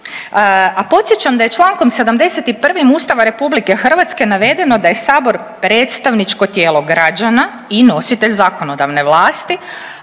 a podsjećam da je čl. 71. Ustava RH navedeno da je Sabor predstavničko tijelo građana i nositelj zakonodavne vlasti,